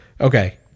Okay